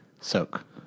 Soak